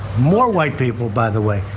more white people, by the way.